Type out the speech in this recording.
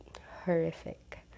horrific